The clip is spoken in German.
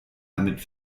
damit